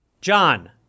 John